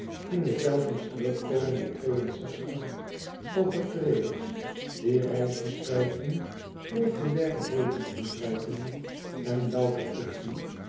in de telkens terugkomende overtreders die reisbeschrijvingen populaire levensbeschrijvingen en louter fictie